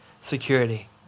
security